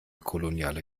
koloniale